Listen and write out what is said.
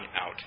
out